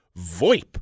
VoIP